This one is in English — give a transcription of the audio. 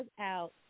out